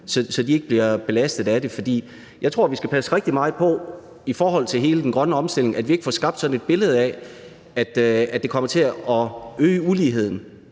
så de ikke bliver belastet af det. For jeg tror, vi skal passe rigtig meget på, i forhold til hele den grønne omstilling, at vi ikke får skabt sådan et billede af, at det kommer til at øge uligheden.